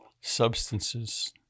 substances